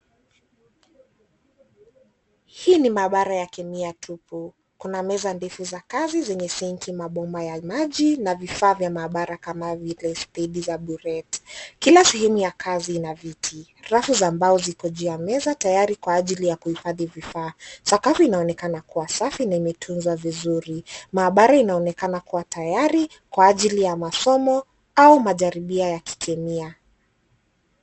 Hii ni maabara ya kemia tupu. Kuna meza ndefu za kazi zenye sinki, mabomba ya maji na vifaa vya maabara kama vile stendi za burette . Kila sehemu ya kazi ina viti. Rafu za mbao ziko juu ya meza tayari kwa ajili ya kuhifadhi vifaa. Sakafu inaonekana kuwa safi na imetunzwa vizuri. Maabara inaonekana kuwa tayari kwa ajili ya masomo au majaribia ya kikemia.